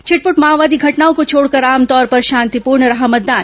छिटपुट माओवादी घटनाओं को छोड़कर आम तौर पर शांतिपूर्ण रहा मतदान